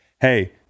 Hey